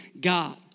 God